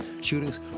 shootings